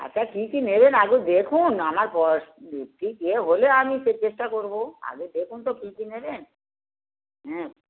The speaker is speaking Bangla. আচ্ছা কী কী নেবেন আগে দেখুন আমার ঠিক এ হলে আমি সে চেষ্টা করবো আগে দেখুন তো কী কী নেবেন হ্যাঁ